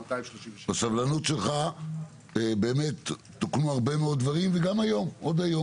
על הסבלנות שלך ועל כך שתוקנו הרבה דברים וגם היום עוד תוקנו